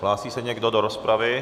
Hlásí se někdo do rozpravy?